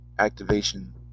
activation